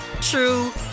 true